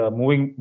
moving